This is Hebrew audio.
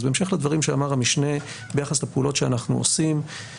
אז בהמשך לדברים שאמר המשנה ביחס לפעולות שאנחנו עושים,